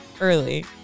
early